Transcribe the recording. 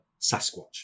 Sasquatch